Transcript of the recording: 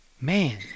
Man